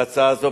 בהצעה זו,